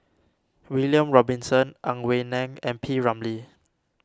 William Robinson Ang Wei Neng and P Ramlee